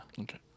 Okay